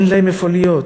אין להם איפה להיות.